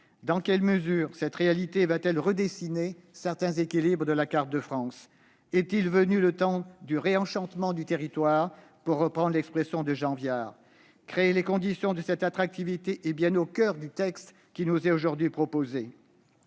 Dans quelle mesure cette réalité redessinera-t-elle certains équilibres de la carte de France ? Le temps est-il venu du « réenchantement du territoire », pour reprendre l'expression de Jean Viard ? Créer les conditions de cette attractivité est bien au coeur du texte qui nous est aujourd'hui proposé.